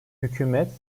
hükümet